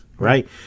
Right